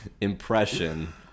impression